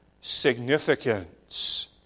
significance